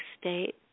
state